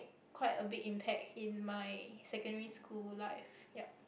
quite a big impact in my secondary school life yup